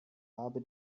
habe